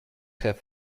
have